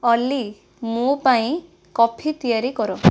ଅଲି ମୋ ପାଇଁ କଫି ତିଆରି କର